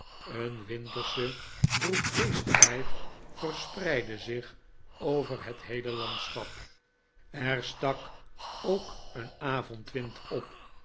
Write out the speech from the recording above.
een wintersche droefgeestigheid verspreidde zich over het heele landschap er stak ook een avondwind op